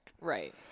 right